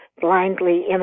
blindly